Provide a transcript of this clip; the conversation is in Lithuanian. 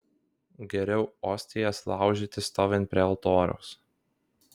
geriau ostijas laužyti stovint prie altoriaus